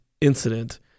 incident